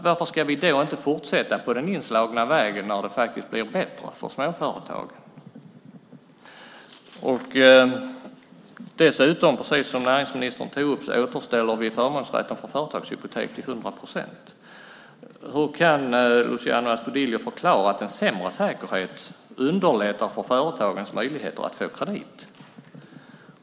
Varför ska vi då inte fortsätta på den inslagna vägen när det faktiskt blir bättre för småföretagen? Precis som näringsministern tog upp återställer vi dessutom förmånsrätten för företagshypotek till 100 procent. Hur kan Luciano Astudillo förklara att en sämre säkerhet underlättar för företagens möjligheter att få kredit?